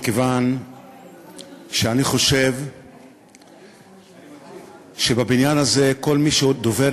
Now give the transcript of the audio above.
מכיוון שאני חושב שבבניין הזה כל מי שדובר